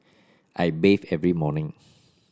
I bathe every morning